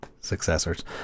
successors